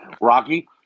Rocky